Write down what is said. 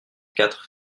quatre